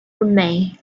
remain